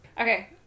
Okay